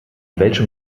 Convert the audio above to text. welchem